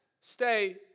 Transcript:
stay